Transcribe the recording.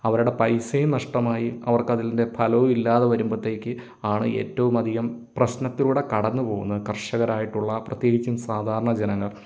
അവരുടെ പൈസയും നഷ്ടമായി അവർക്ക് അതിൻ്റെ ഫലവും ഇല്ലാതെ വരുമ്പോഴത്തേക്കും ആണ് ഏറ്റവും അധികം പ്രശ്നത്തിലൂടെ കടന്നു പോകുന്നത് കർഷകരായിട്ടുള്ള പ്രത്യേകിച്ചും സാധാരണ ജനങ്ങൾ